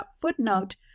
footnote